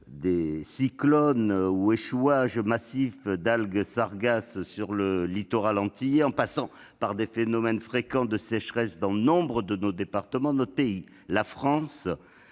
aux cyclones ou aux échouages massifs d'algues sargasses sur les littoraux antillais, en passant par des phénomènes fréquents de sécheresse dans nombre de nos départements, notre pays, la France,